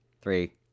three